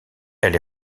elle